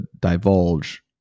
divulge